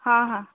हाँ हाँ